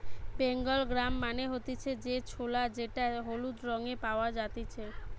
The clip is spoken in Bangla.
বেঙ্গল গ্রাম মানে হতিছে যে ছোলা যেটা হলুদ রঙে পাওয়া জাতিছে